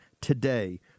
today